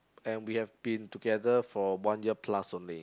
and we have been together for one year plus only